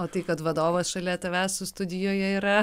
o tai kad vadovas šalia tavęs studijoje yra